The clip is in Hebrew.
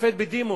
השופט בדימוס.